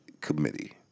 Committee